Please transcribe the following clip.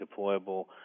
deployable